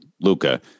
luca